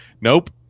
nope